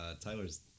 Tyler's